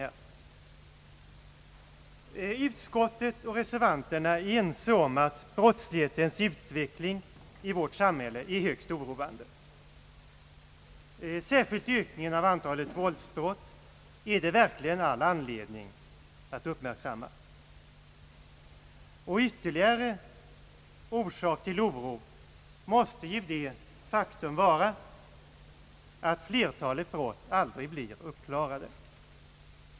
Utskottsmajoriteten och reservanterna är ense om att brottslighetens utveckling i vårt samhälle är högst oroande. Särskilt ökningen av antalet våldsbrott är det verkligen all anledning att uppmärksamma. Ytterligare orsak till oro måste ju det faktum vara att flertalet brott aldrig blir uppklarade.